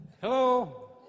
Hello